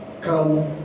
come